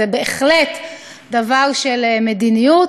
זה בהחלט דבר של מדיניות,